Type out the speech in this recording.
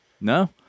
No